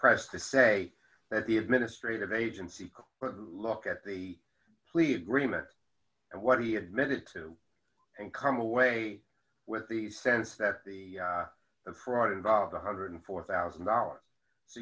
pressed to say that the administrative agency quote look at the plea agreement and what he admitted to and come away with the sense that the fraud involved one hundred and four thousand dollars so